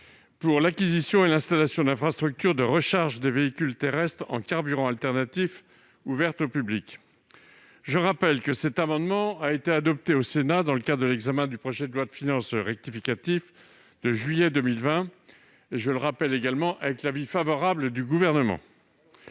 pour l'acquisition et l'installation d'infrastructures de recharge des véhicules terrestres en carburant alternatif ouvertes au public. Je rappelle qu'un amendement similaire avait été adopté au Sénat dans le cadre de l'examen du projet de loi de finances rectificative de juillet 2020, avec, je le rappelle également, l'avis favorable du Gouvernement.